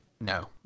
No